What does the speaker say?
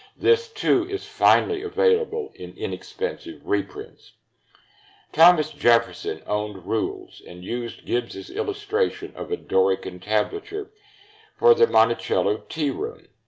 this too is finally available in inexpensive reprints thomas jefferson owned rules, and used gibbs's illustration of a doric entablature for the monticello tea room.